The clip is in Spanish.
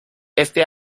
ese